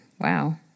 Wow